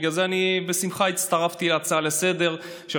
בגלל זה אני בשמחה הצטרפתי להצעה לסדר-היום